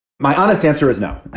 my honest answer is no,